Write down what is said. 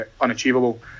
unachievable